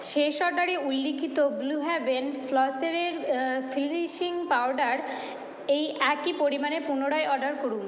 শেষ অর্ডারে উল্লিখিত ব্লু হেভেন ফ্লসেলের ফিনিশিং পাউডার এই একই পরিমাণে পুনরায় অর্ডার করুন